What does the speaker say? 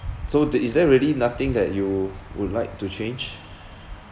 so the is there really nothing that you would like to change